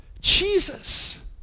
Jesus